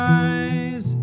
eyes